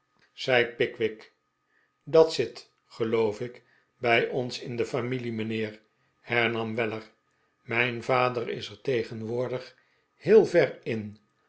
zei pickwick dat zit geloof ik bij ons in de familie mijnheer hernam weller mijn vader is er tegeriwoordig heel ver in